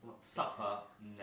Supper